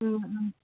ꯎꯝ ꯎꯝ